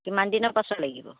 কিমানদিনৰ পাছত লাগিব